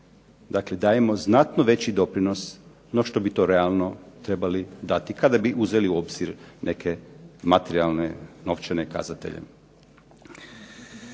Dakle, dajemo znatno veći doprinos no što bi to realno trebali dati kada bi uzeli u obzir neke materijalne, novčane kazatelje.